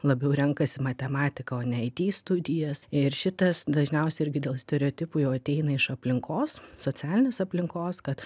labiau renkasi matematiką o ne it studijas ir šitas dažniausiai irgi dėl stereotipų jau ateina iš aplinkos socialinės aplinkos kad